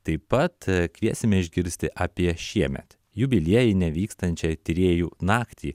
taip pat kviesime išgirsti apie šiemet jubiliejinę vykstančią tyrėjų naktį